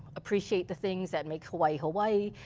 appreciate the things that make hawai'i, hawai'i.